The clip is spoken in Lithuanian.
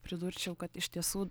pridurčiau kad iš tiesų